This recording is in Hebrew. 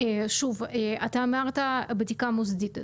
שוב, אתה אמרת בדיקה מוסדית.